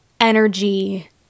energy